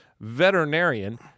veterinarian